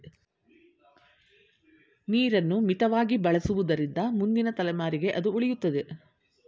ನೀರನ್ನು ಮಿತವಾಗಿ ಬಳಸುವುದರಿಂದ ಮುಂದಿನ ತಲೆಮಾರಿಗೆ ಅದು ಉಳಿಯುತ್ತದೆ